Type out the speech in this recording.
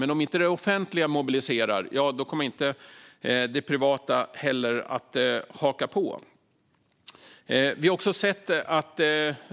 Men om inte det offentliga mobiliserar, då kommer inte heller det privata att haka på. Vi har också sett,